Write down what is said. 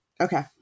okay